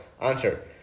answer